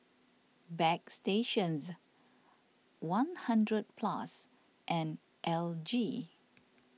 Bagstationz one hundred Plus and L G